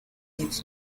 needs